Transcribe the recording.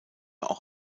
auch